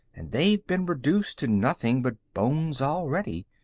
and they've been reduced to nothing but bones already.